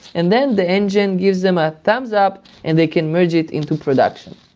and then the engine gives them a thumbs up and they can merge it into production.